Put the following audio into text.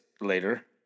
later